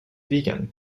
vegan